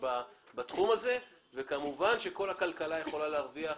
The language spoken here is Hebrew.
בתחום הזה וכמובן שכל הכלכלה יכולה להרוויח.